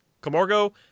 Camargo